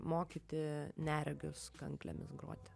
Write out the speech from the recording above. mokyti neregius kanklėmis groti